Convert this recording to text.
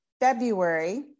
February